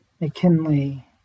McKinley